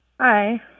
Hi